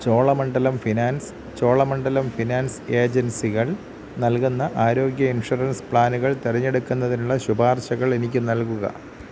Cholamandalam finance Cholamandalam finance ഏജൻസികൾ നൽകുന്ന ആരോഗ്യ ഇൻഷുറൻസ് പ്ലാനുകൾ തെരഞ്ഞെടുക്കുന്നതിനുള്ള ശുപാർശകൾ എനിക്ക് നൽകുക